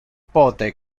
pote